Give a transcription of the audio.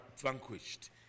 vanquished